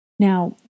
Now